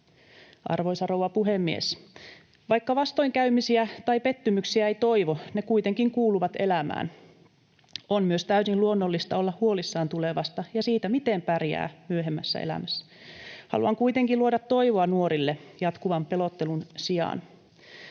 Arvoisa rouva puhemies! Vaikka vastoinkäymisiä tai pettymyksiä ei toivo, ne kuitenkin kuuluvat elämään. On myös täysin luonnollista olla huolissaan tulevasta ja siitä, miten pärjää myöhemmässä elämässä. Haluan kuitenkin luoda toivoa nuorille jatkuvan pelottelun sijaan.